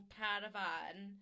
caravan